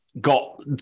got